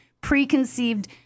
preconceived